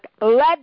let